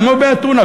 כמו באתונה,